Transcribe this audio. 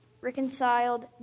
reconciled